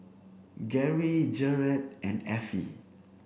Geri Jarret and Effie